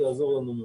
זה יעזור לנו מאוד.